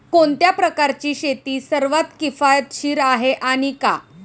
कोणत्या प्रकारची शेती सर्वात किफायतशीर आहे आणि का?